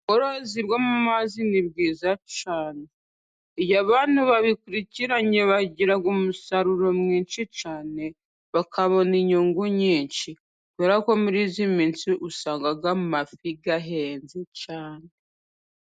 Ubworozi bwo mu mazi ni bwiza cyane, iyo abantu babikurikiranye bagira umusaruro mwinshi cyane, bakabona inyungu nyinshi ,kubera ko muri iyi minsi usanga amafi ahenze cyane.